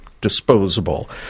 disposable